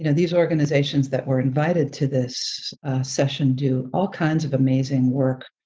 and these organizations that were invited to this session do all kinds of amazing work,